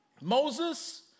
Moses